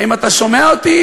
האם אתה שומע אותי,